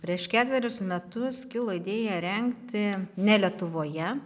prieš ketverius metus kilo idėja rengti ne lietuvoje